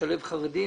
תעשיין.